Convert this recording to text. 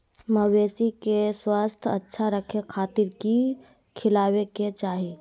मवेसी के स्वास्थ्य अच्छा रखे खातिर की खिलावे के चाही?